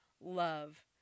love